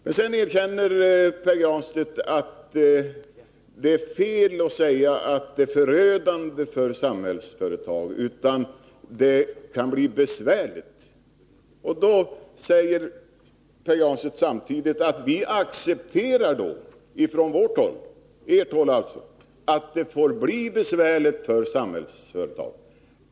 Sedan erkänner Pär Granstedt att det är fel att säga att sänkningen blir förödande för Samhällsföretag, även om den kan bli besvärlig. Samtidigt säger Pär Granstedt: Vi accepterar ifrån vårt håll att det får bli besvärligt för Samhällsföretag.